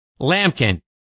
Lampkin